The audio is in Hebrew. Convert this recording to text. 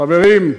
חברים,